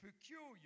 peculiar